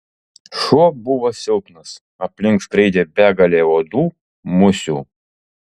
šuo buvo silpnas aplink skraidė begalė uodų musių